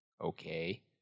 Okay